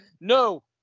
No